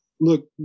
look